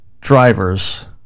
drivers